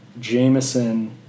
Jameson